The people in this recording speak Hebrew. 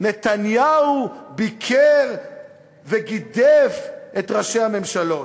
נתניהו ביקר וגידף את ראשי הממשלות.